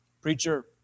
Preacher